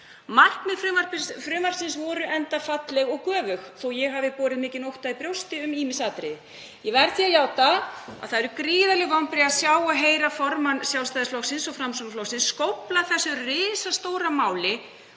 Markmið frumvarpsins voru enda falleg og göfug, þó að ég hafi borið mikinn ótta í brjósti um ýmis atriði. Ég verð því að játa að það eru gríðarleg vonbrigði að sjá og heyra formann Sjálfstæðisflokksins og Framsóknarflokksins skófla þessu risastóra máli